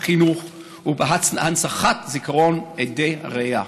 בחינוך ובהנצחת זיכרון עדי הראייה.